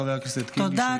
חבר הכנסת קינלי,